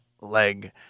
leg